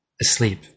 asleep